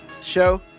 show